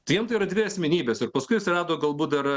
tai jiem tai yra dvi asmenybės ir paskui atsirado galbūt dar